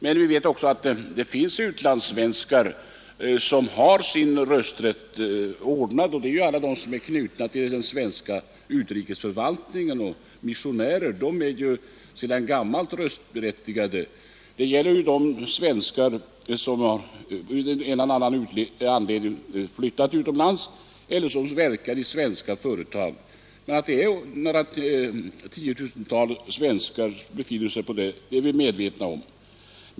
Men vi vet också att många utlandssvenskar har sin rösträtt ordnad, nämligen alla de som är knutna till den svenska utrikesförvaltningen samt missionärerna. De är sedan gammalt röstberättigade. Men det finns också svenskar som av en eller annan anledning har flyttat utomlands eller som verkar i svenska företag. Att det rör sig om några tiotusental svenskar som befinner sig utomlands är vi medvetna om.